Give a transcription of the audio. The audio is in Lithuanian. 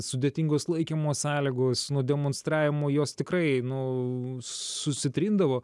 sudėtingos laikymo sąlygos nuo demonstravimo jos tikrai nu susitrindavo